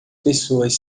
pessoas